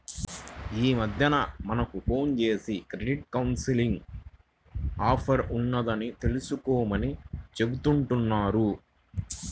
యీ మద్దెన మనకు ఫోన్ జేసి క్రెడిట్ కౌన్సిలింగ్ ఆఫర్ ఉన్నది తీసుకోమని చెబుతా ఉంటన్నారు